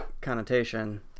connotation